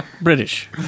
British